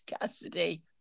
Cassidy